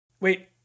Wait